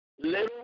little